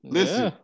Listen